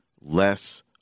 less